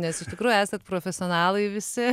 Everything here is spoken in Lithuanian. nes iš tikrųjų esat profesionalai visi